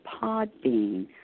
Podbean